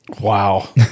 Wow